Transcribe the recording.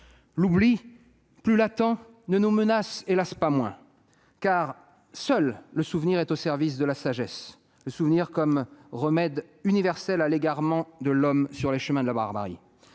L'oubli, plus latent, ne nous menace hélas pas moins. Car seul le souvenir est au service de la sagesse, le souvenir comme remède universel à l'égarement de l'homme sur les chemins de la barbarie.